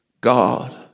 God